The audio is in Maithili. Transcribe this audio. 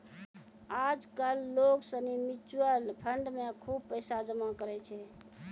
आज कल लोग सनी म्यूचुअल फंड मे खुब पैसा जमा करै छै